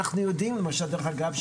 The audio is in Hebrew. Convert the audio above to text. אנחנו יודעים למשל דרך אגב,